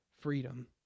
freedom